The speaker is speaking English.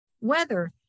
weather